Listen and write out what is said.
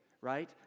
right